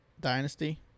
Dynasty